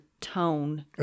tone